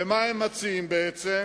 ומה הם מציעים בעצם?